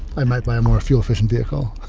i might buy a more fuel-efficient vehicle